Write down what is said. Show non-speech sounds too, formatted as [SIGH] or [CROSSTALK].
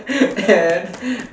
[NOISE] and